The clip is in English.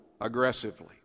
aggressively